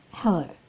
Hello